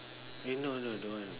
eh no no don't want